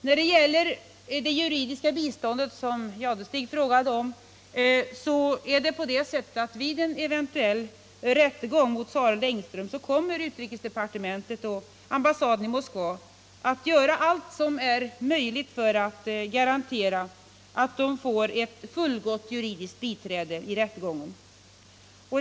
När det gäller det juridiska biståndet, som Thure Jadestig frågade om, är det på följande sätt: Vid en eventuell rättegång mot Sareld och Engström kommer utrikesdepartementet och ambassaden i Moskva att göra allt som är möjligt för att garantera att de får ett fullgott juridiskt biträde i rättegången.